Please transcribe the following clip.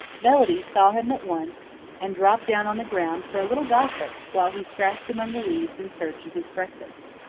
melody saw him at once and dropped down on the ground for a little gossip while he scratched among the leaves in search of his breakfast.